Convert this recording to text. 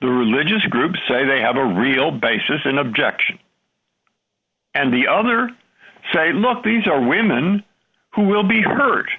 the religious groups say they have a real basis in objection and the other say look these are women who will be hurt